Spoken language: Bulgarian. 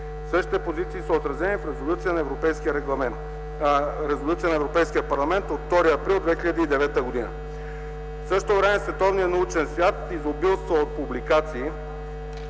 Същите позиции са отразени в резолюция на Европейския парламент от 2 април 2009 г. Световният научен свят изобилства от публикации.